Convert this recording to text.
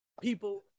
People